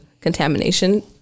Contamination